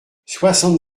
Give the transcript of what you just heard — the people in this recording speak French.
soixante